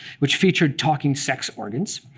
which featured talking sex organs.